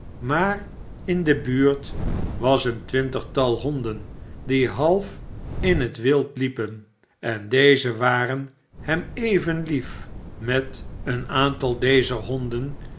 maar in de buurt was een twintigtal honden die half in het wild liepen en deze waren hem even lief met een aantal dezer honden